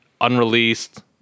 unreleased